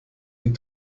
die